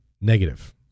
Negative